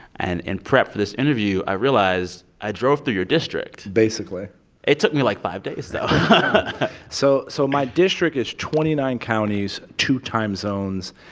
and in prep for this interview, i realized i drove through your district basically it took me like five days though so so my district is twenty nine counties, two time zones,